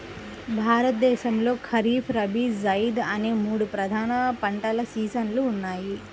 భారతదేశంలో ఖరీఫ్, రబీ, జైద్ అనే మూడు ప్రధాన పంటల సీజన్లు ఉన్నాయి